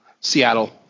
Seattle